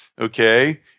Okay